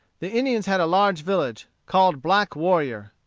the indians had a large village, called black warrior.